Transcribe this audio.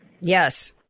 Yes